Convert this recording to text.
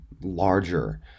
larger